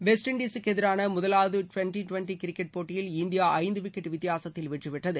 வெஸ்ட்இண்டீஸூக்கு எதிரான முதலாவது twenty twenty cricket போட்டியில் இந்தியா ஐந்து விக்கெட் வித்தியாசத்தில் வெற்றி பெற்றது